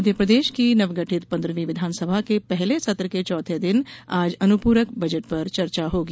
मध्यप्रदेश की नवगठित पंद्रहवीं विधानसभा के पहले सत्र के चौथे दिन आज अनुपूरक बजट पर चर्चा होगी